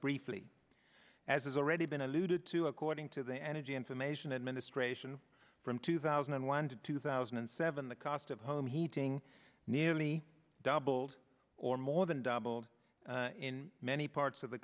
briefly as has already been alluded to according to the energy information administration from two thousand and one to two thousand and seven the cost of home heating nearly doubled or more than doubled in many parts of the